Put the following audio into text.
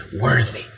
worthy